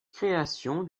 création